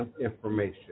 information